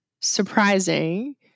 surprising